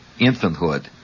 infanthood